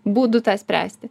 būdų tą spręsti